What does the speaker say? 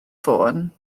ffôn